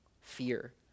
fear